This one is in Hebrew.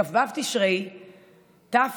בכ"ו תשרי התרצ"ו,